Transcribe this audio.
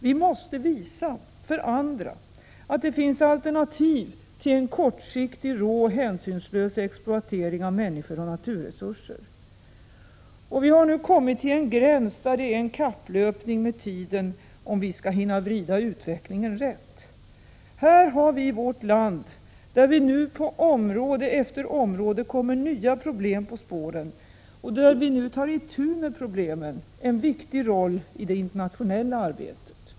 Vi måste visa för andra att det finns alternativ till en kortsiktig, rå och hänsynslös exploatering av människor och naturresurser. Vi har nu kommit till en gräns där det är en kapplöpning med tiden om vi skall hinna vrida utvecklingen rätt. Här har vi i vårt land, där vi nu på område efter område kommer nya problem på spåren och där vi nu tar itu med problemen, en viktig roll i det internationella arbetet.